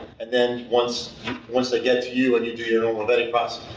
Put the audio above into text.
and then once once they get to you and you do your normal vetting process,